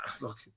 look